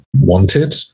wanted